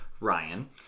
Ryan